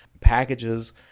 packages